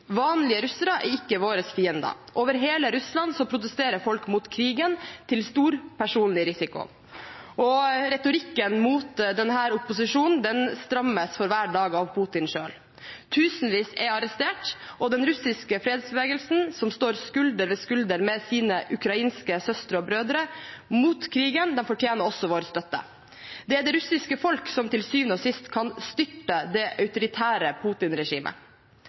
ikke våre fiender. Over hele Russland protesterer folk mot krigen, til stor personlig risiko. Retorikken mot denne opposisjonen strammes for hver dag av Putin selv. Tusenvis er arrestert, og den russiske fredsbevegelsen, som står skulder ved skulder med sine ukrainske søstre og brødre mot krigen, fortjener også vår støtte. Det er det russiske folk som til syvende og sist kan styrte det autoritære